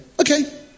okay